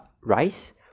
rice